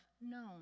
known